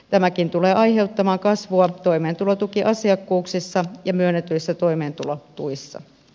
tämäkin tulee aiheuttamaan kasvua toimeentulotukiasiakkuuksissa ja myönnetyissä toimeentulotuissa